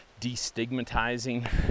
destigmatizing